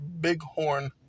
Bighorn